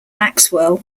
maxwell